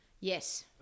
Yes